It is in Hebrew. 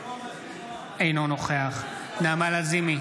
אינו נוכח נעמה לזימי,